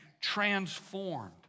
transformed